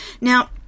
Now